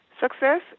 Success